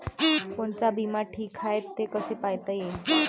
कोनचा बिमा ठीक हाय, हे कस पायता येईन?